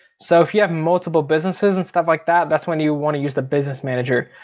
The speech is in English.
so if you have multiple businesses and stuff like that that's when you want to use the business manager.